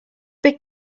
big